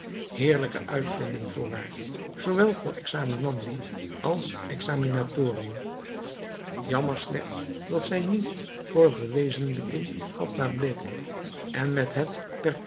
heerlijke uitvinding voorwaar zoowel voor examinandi als examinatoren jammer slechts dat zij niet voor verwezenlijking vatbaar bleek en met het